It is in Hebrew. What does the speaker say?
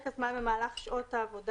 " "זמן נהיגה" פרק הזמן במהלך שעות העבודה